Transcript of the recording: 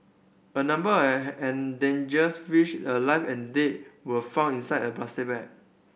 a number endangers fish alive and dead were found inside a plastic bag